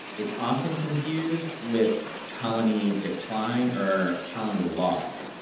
it's often confused with colony decline or colony loss.